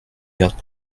garde